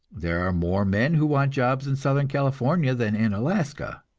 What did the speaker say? there are more men who want jobs in southern california than in alaska,